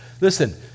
Listen